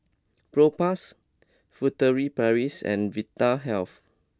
Propass Furtere Paris and Vitahealth